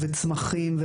צמחים,